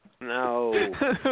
No